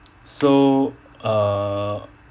so err